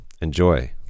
enjoy